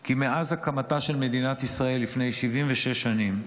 כי מאז הקמתה של מדינת ישראל לפני 76 שנים,